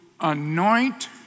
anoint